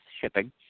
shipping